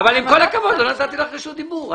עם כל הכבוד, לא נתתי לך רשות דיבור.